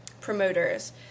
promoters